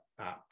apps